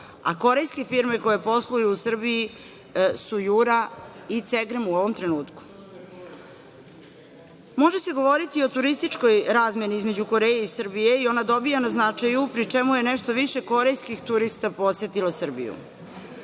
a korejske firme koje posluju u Srbiji su „Jura“ i „Cegrem“ u ovom trenutku. Može se govoriti i o turističkoj razmeni između Koreje i Srbije i ona dobija na značaju, pri čemu je nešto više korejskih turista posetilo Srbiju.